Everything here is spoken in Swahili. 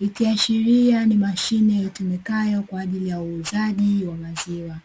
ikiashiria ni mashine itumikayo kwa ajili ya uuzaji wa maziwa.